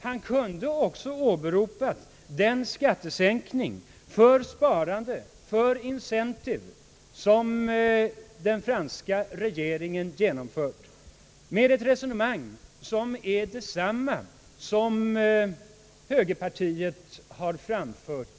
Han kunde också ha åberopat den skattesänkning för sparande och för incentive som den franska regeringen har genomfört med ett resonemang, som är detsamma i flera avseenden som det högerpartiet har framfört.